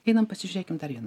einam pasižiūrėkim dar vieną